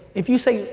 if you say,